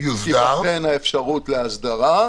תינתן האפשרות להסדרה.